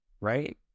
right